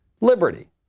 liberty